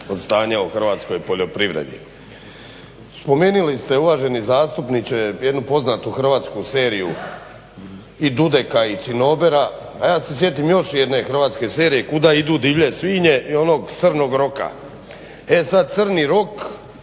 od stanja u hrvatskoj poljoprivredi. Spomenuli ste uvaženi zastupniče jednu poznatu hrvatsku seriju i Dudeka i Cinobera a ja se sjetim još jedne hrvatske serije Kuda idu divlje svinje i onog crnog roka. E sad crni rok